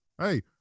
Hey